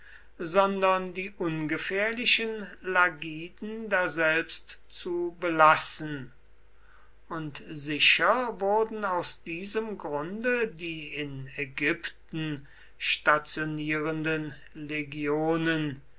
sondern die ungefährlichen lagiden daselbst zu belassen und sicher wurden aus diesem grunde die in ägypten stationierenden legionen